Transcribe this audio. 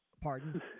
Pardon